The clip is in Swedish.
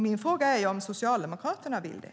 Min fråga är om Socialdemokraterna vill det.